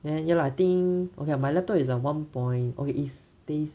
then ya lah I think okay lah my laptop is a one point okay is tas~